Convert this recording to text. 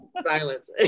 Silence